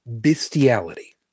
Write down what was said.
bestiality